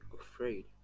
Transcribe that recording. afraid